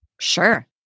Sure